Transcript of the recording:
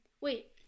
wait